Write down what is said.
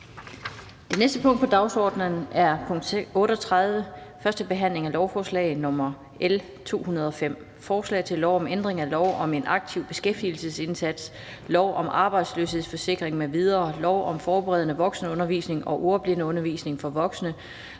Det næste punkt på dagsordenen er: 38) 1. behandling af lovforslag nr. L 205: Forslag til lov om ændring af lov om en aktiv beskæftigelsesindsats, lov om arbejdsløshedsforsikring m.v., lov om forberedende voksenundervisning og ordblindeundervisning for voksne,